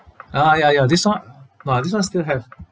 ah ya ya this [one] no ah this [one] still have